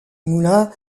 moulin